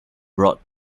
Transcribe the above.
brought